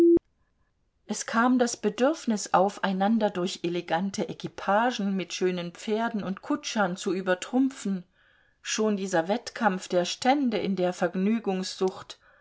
es kam das bedürfnis auf einander durch elegante equipagen mit schönen pferden und kutschern zu übertrumpfen schon dieser wettkampf der stände in der vergnügungssucht